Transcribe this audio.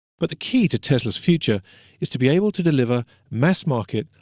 but the key to tesla's future is to be able to deliver mass market,